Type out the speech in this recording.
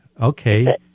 Okay